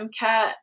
MCAT